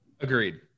agreed